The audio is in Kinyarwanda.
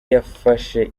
yafashe